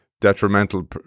detrimental